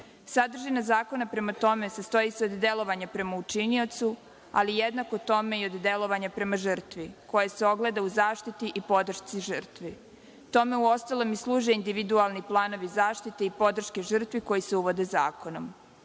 života. Sadržina zakona, prema tome, sastoji se od delovanja prema učiniocu, ali jednako tome i od delovanja prema žrtvi, koje se ogleda u zaštiti i podršci žrtvi. Tome uostalom i služe individualni planovi zaštite i podrške žrtvi koji se uvode zakonom.